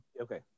Okay